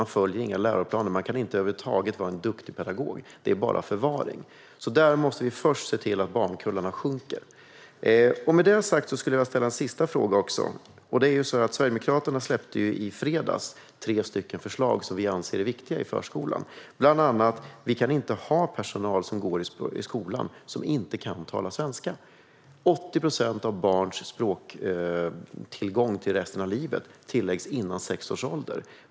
Man följer inga läroplaner. Man kan inte över huvud taget vara en duktig pedagog. Det är bara förvaring. Där måste vi först se till att barngrupperna minskar. Med det sagt skulle jag vilja ställa en sista fråga. Sverigedemokraterna släppte i fredags tre stycken förslag som vi anser är viktiga när det gäller förskolan. Bland annat kan vi inte ha personal i skolan som inte kan tala svenska. 80 procent av barns språk för resten av livet tillägnar barnen sig före sex års ålder.